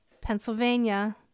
Pennsylvania